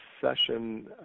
session